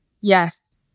Yes